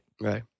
Right